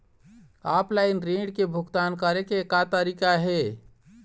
Offline ऋण के भुगतान करे के का तरीका हे?